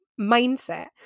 mindset